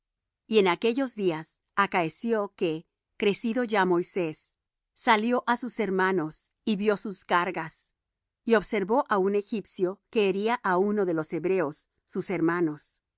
y en aquellos días acaeció que crecido ya moisés salió á sus hermanos y vió sus cargas y observó á un egipcio que hería á uno de los hebreos sus hermanos